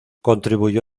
contribuyó